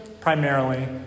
primarily